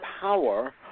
power